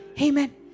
Amen